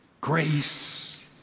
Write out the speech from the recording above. grace